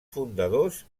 fundadors